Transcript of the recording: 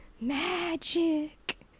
Magic